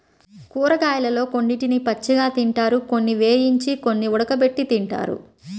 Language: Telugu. కూరగాయలలో కొన్నిటిని పచ్చిగా తింటారు, కొన్ని వేయించి, కొన్ని ఉడకబెట్టి తింటారు